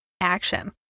action